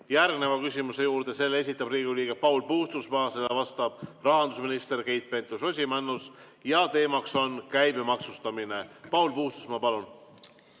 järgmise küsimuse juurde. Selle esitab Riigikogu liige Paul Puustusmaa, sellele vastab rahandusminister Keit Pentus-Rosimannus. Teema on käibemaksustamine. Paul Puustusmaa, palun!